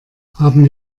haben